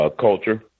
culture